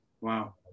Wow